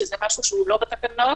שזה משהו שלא מופיע בתקנות,